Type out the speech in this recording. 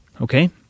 Okay